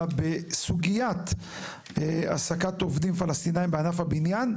בסוגיית העסקת עובדים פלסטינים בענף הבניין.